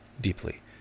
deeply